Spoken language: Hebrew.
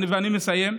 ואני מסיים: